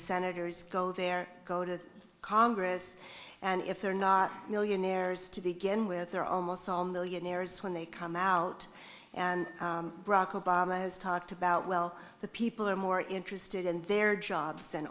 senators go there go to congress and if they're not millionaires to begin with they're almost all millionaires when they come out and brock obama has talked about well the people are more interested in their jobs